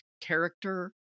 character